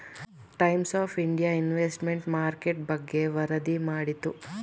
times of India investment market ಬಗ್ಗೆ ವರದಿ ಮಾಡಿತು